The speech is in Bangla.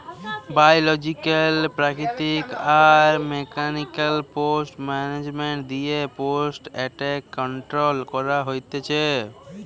বায়লজিক্যাল প্রাকৃতিক আর মেকানিক্যাল পেস্ট মানাজমেন্ট দিয়ে পেস্ট এট্যাক কন্ট্রোল করা হতিছে